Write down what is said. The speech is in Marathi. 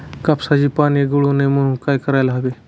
कापसाची पाने गळू नये म्हणून काय करायला हवे?